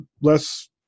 less